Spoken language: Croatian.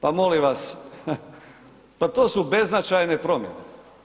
Pa molim vas, pa to su beznačajne promjene.